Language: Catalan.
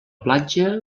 platja